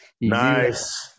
Nice